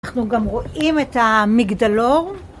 אנחנו גם רואים את המגדלור.